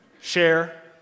share